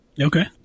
Okay